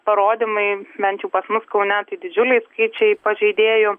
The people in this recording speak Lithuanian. parodymai bent jau pas mus kaune tai didžiuliai skaičiai pažeidėjų